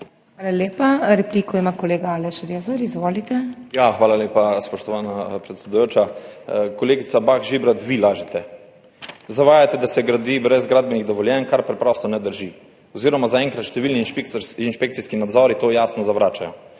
Hvala lepa. Repliko ima kolega Aleš Rezar. Izvolite. ALEŠ REZAR (PS Svoboda): Hvala lepa, spoštovana predsedujoča. Kolegica Bah Žibert, vi lažete. Zavajate, da se gradi brez gradbenih dovoljenj, kar preprosto ne drži oziroma zaenkrat številni inšpekcijski nadzori to jasno zavračajo.